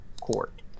court